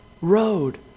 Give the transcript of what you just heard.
road